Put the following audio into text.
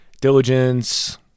diligence